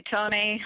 Tony